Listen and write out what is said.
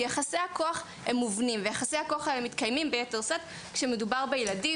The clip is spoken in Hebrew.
כי יחסי הכוח האלה הם מובנים והם מתקיימים ביתר שאת כשמדובר בילדים.